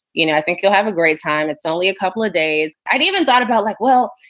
you know, i think you'll have a great time. it's only a couple of days. i'd even thought about like, well,